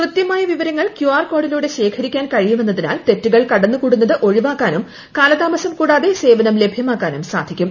കൃത്യമായ വിവരങ്ങൾ കൃുആർപ്പ് കോഡിലൂടെ ശേഖരിക്കാൻ കഴിയുമെന്നതിനാൽ തെറ്റുകൾ കടന്നുകൂടുന്നത് ഒഴിവാക്കാനും കാലതാമസം കൂടാതെ സ്പ്രവർം ലഭ്യമാക്കാനും സാധിക്കും